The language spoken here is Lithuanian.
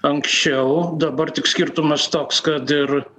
anksčiau dabar tik skirtumas toks kad ir